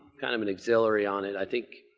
kind of an auxiliary on it, i think.